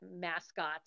mascots